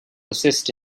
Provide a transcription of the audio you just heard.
assist